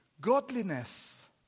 Godliness